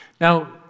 Now